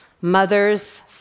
Mothers